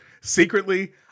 secretly